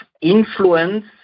influence